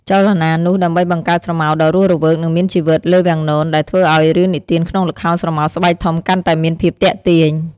ចលនានោះ ដើម្បីបង្កើតស្រមោលដ៏រស់រវើក និងមានជីវិតលើវាំងនន ដែលធ្វើឲ្យរឿងនិទានក្នុងល្ខោនស្រមោលស្បែកធំកាន់តែមានភាពទាក់ទាញ។